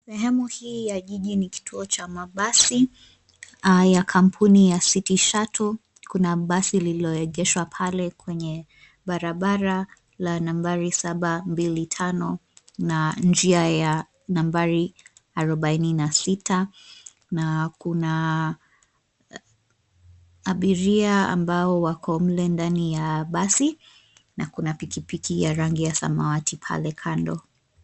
Sehemu hii ya jiji ni kituo cha mabasi ya kampuni ya City Shuttle. Kuna basi lililoegeshwa pale kwenye barabara, la nambari 725 na njia ya nambari 46. Kuna abiria ambao wamo mle ndani ya basi na kuna pikipiki ya rangi ya samawati pale kando.